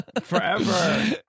forever